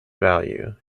value